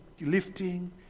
lifting